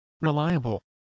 Reliable